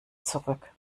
zurück